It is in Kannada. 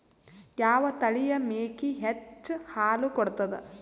ಯಾವ ತಳಿಯ ಮೇಕಿ ಹೆಚ್ಚ ಹಾಲು ಕೊಡತದ?